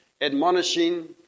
admonishing